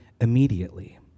immediately